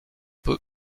peu